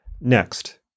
Next